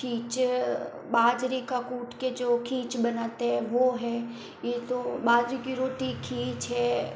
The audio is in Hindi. खीच बाजरे का कूट के जो खीच बनाते हैं वो है ये तो बाजरे की रोटी खीच है